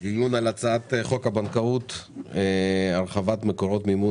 דיון על הצעת חוק הבנקאות (הרחבת מקורות המימון